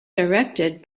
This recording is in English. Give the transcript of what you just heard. directed